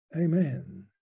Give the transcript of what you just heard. Amen